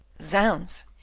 Zounds